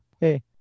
Hey